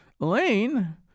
Elaine